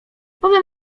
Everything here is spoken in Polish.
powiem